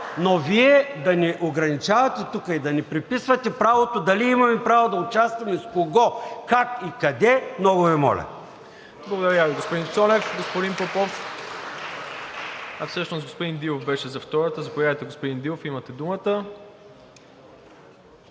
Но Вие да ни ограничавате тук и да ни приписвате правото дали имаме право да участваме и с кого, как и къде, много Ви моля.